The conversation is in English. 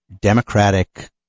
democratic